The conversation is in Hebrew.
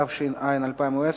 התש"ע 2010,